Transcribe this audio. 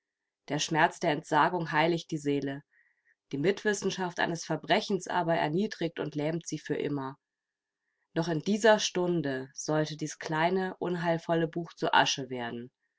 der schmerz der entsagung heiligt die seele die mitwissenschaft eines verbrechens aber erniedrigt und lähmt sie für immer noch in dieser stunde sollte dies kleine unheilvolle buch zu asche werden